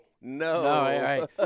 No